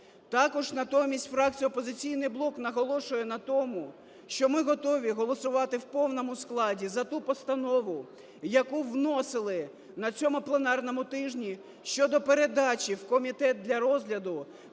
Також натомість фракція "Опозиційний блок" наголошує на тому, що ми готові голосувати в повному складі за ту постанову, яку вносили на цьому пленарному тижні щодо передачі в комітет для розгляду